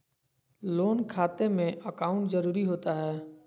Loan खाते में account जरूरी होता है?